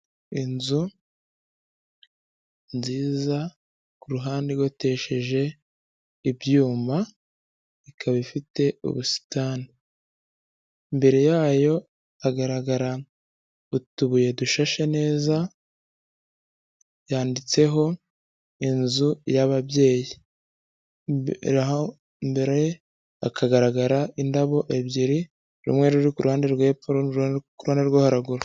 Inzu nziza ku ruhande igotesheje ibyuma, ikaba ifite ubusitani, imbere yayo hagaragara utubuye dushashe neza, yanditseho inzu y'ababyeyi, imbere hakagaragara indabo ebyiri, rumwe ruri ku ruhande rwo hepfo urundi ruri ku ruhande rwo haruguru.